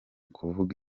kuvuga